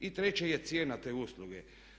I treće je cijena te usluge.